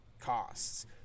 costs